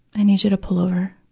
i need you to pull over.